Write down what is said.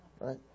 Right